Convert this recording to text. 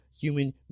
human